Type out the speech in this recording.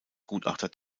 gutachter